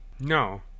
No